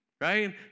right